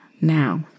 now